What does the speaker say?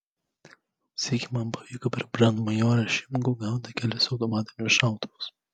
sykį man pavyko per brandmajorą šimkų gauti kelis automatinius šautuvus